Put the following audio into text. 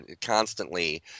constantly